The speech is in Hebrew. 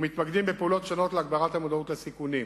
ומתמקדים בפעולות שונות להגברת המודעות לסיכונים.